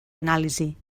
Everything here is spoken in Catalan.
anàlisi